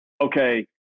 okay